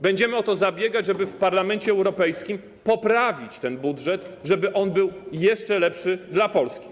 Będziemy o to zabiegać, żeby w Parlamencie Europejskim poprawić ten budżet, żeby on był jeszcze lepszy dla Polski.